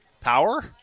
power